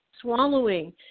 swallowing